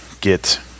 get